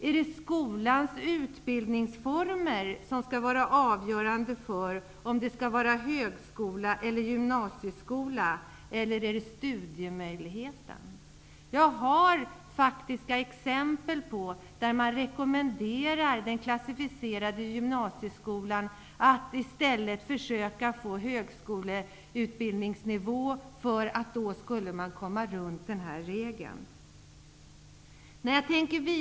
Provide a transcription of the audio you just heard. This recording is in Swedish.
Är det skolans utbildningsformer som skall vara avgörande för om den är en högskola eller en gymnasieskola eller är det studiemöjligheten? Jag har faktiska exempel på att man rekommenderat en skola som är klassificerad som gymnasieskola att i stället försöka få högskoleutbildningsstatus för att man då skulle komma runt den här regeln.